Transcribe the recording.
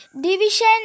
division